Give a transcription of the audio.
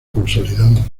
consolidado